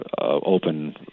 open